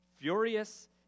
furious